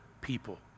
people